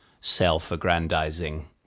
self-aggrandizing